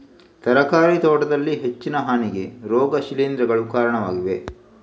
ತರಕಾರಿ ತೋಟದಲ್ಲಿ ಹೆಚ್ಚಿನ ಹಾನಿಗೆ ರೋಗ ಶಿಲೀಂಧ್ರಗಳು ಕಾರಣವಾಗಿವೆ